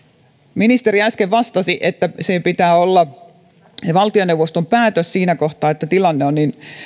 ministeri äsken vastasi että siihen pitää olla valtioneuvoston päätös siinä kohtaa kun tilanne on niin